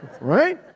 Right